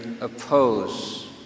oppose